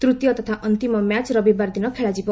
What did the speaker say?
ତୃତୀୟ ତଥା ଅନ୍ତିମ ମ୍ୟାଚ୍ ରବିବାର ଦିନ ଖେଳାଯିବ